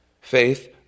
Faith